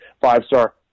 five-star